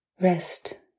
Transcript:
Rest